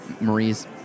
Marie's